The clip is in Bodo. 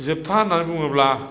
जोबथा होननानै बुङोब्ला